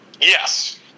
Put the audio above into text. Yes